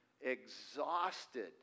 exhausted